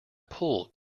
pulled